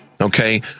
Okay